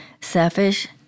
selfish